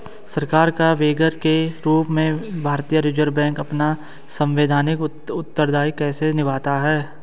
सरकार का बैंकर के रूप में भारतीय रिज़र्व बैंक अपना सांविधिक उत्तरदायित्व कैसे निभाता है?